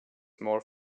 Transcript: more